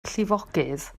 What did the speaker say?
llifogydd